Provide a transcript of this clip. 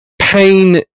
pain